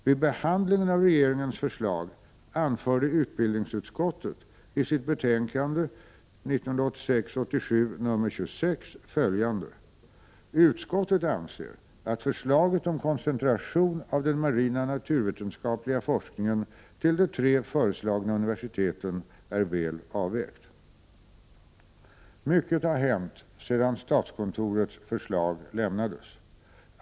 Vid behandlingen av regeringens förslag anförde utbildningsutskottet i sitt betänkande 1986/87:26 följande: ”Utskottet anser att förslaget om koncentration av den marina naturvetenskapliga forskningen till de tre föreslagna universiteten är väl avvägt.” Mycket har hänt sedan statskontorets förslag lämnades.